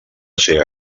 ser